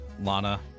Lana